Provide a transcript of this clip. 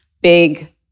big